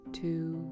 two